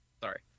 sorry